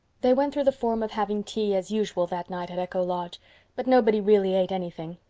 they went through the form of having tea as usual that night at echo lodge but nobody really ate anything.